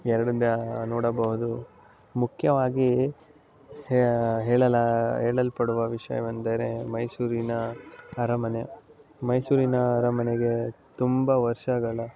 ಎರಡು ದ ನೋಡಬಹುದು ಮುಖ್ಯವಾಗಿ ಹೇಳಲ ಹೇಳಲ್ಪಡುವ ವಿಷಯವೆಂದರೆ ಮೈಸೂರಿನ ಅರಮನೆ ಮೈಸೂರಿನ ಅರಮನೆಗೆ ತುಂಬ ವರ್ಷಗಳ